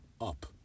up